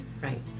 right